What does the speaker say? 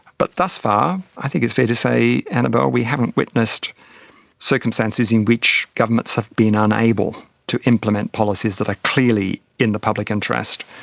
but thus far i think it's fair to say, annabelle, we haven't witnessed circumstances in which governments have been unable to implement policies that are clearly in the public interest.